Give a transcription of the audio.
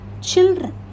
children